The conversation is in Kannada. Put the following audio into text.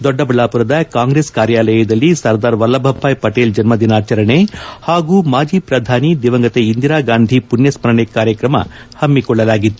ದೊಡ್ಡಬಳ್ಳಾಪುರದ ಕಾಂಗ್ರೆಸ್ ಕಾರ್ಯಾಲಯದಲ್ಲಿ ಸರ್ದಾರ್ ವಲ್ಲಭ ಭಾಯ್ ಪಟೇಲ್ ಜನ್ನ ದಿನಾಚರಣೆ ಹಾಗೂ ಮಾಜಿ ಪ್ರಧಾನಿ ದಿವಂಗತ ಇಂದಿರಾ ಗಾಂಧಿ ಪುಣ್ಣಸ್ನರಣೆ ಕಾರ್ಯಕ್ರಮ ಹಮ್ಸಿಕೊಳ್ಳಲಾಗಿತ್ತು